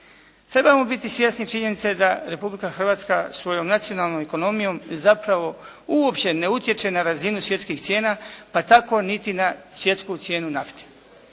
Trebamo biti svjesni činjenica da Republika Hrvatska svojom nacionalnom ekonomijom zapravo uopće ne utječe na razinu svjetskih cijena, pa tako niti na svjetsku cijenu nafte.